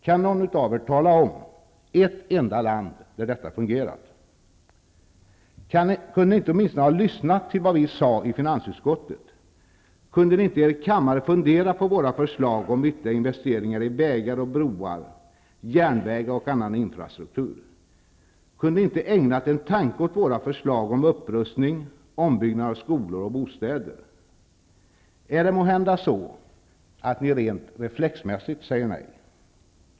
Kan någon av er nämna ett enda land där detta har fungerat? Kunde ni inte åtminstone ha lyssnat till vad vi sade i finansutskottet? Kunde ni inte i er kammare ha funderat på våra förslag om ytterligare investeringar i vägar, broar, järnvägar och annan infrastruktur? Kunde ni inte ha ägnat en tanke åt våra förslag om upprustning, ombyggnad av skolor och bostäder? Är det måhända så att ni rent reflexmässigt säger nej?